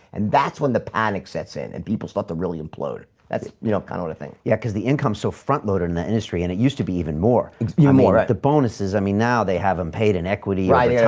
and that's when the panic sets in and people start to really implode that's you know, kind of and thing yeah, because the income so frontloader in the industry, and it used to be even more um more the bonuses i mean now they haven't paid in equity right? yeah